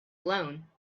alone